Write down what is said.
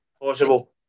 possible